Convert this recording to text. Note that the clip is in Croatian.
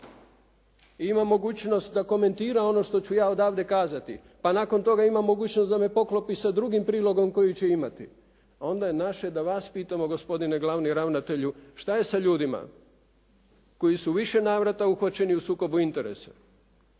ima mogućnost da komentira ono što ću ja odavde kazati, pa nakon toga ima mogućnost da me poklopi sa drugim prilogom koji ću imati, onda je naše da vas pitamo gospodine glavni ravnatelju šta je sa ljudima koji su u više navrata uhvaćeni u sukobu interesa?